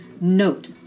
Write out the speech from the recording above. Note